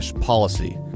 policy